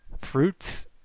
fruits